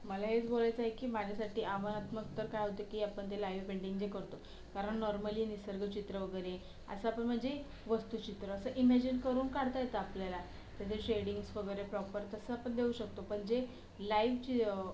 मला हेच बोलायचं आहे की माझ्यासाठी आव्हानात्मक तर काय होतं की आपण ते लाईव्ह पेंटिंग जे करतो कारण नॉर्मली निसर्गचित्र वगैरे असं आपण म्हणजे वस्तुचित्र असं इमॅजिन करून काढता येतं आपल्याला त्याचे शेडींग्स वगैरे प्रॉपर तसं आपण देऊ शकतो पण जे लाईव्ह चि